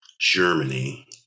Germany